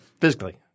Physically